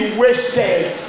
wasted